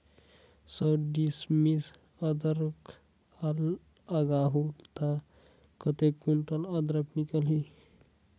सौ डिसमिल अदरक लगाहूं ता कतेक कुंटल अदरक निकल ही?